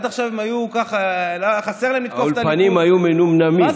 עד עכשיו הם היו ככה, חסר להם לתקוף את הליכוד.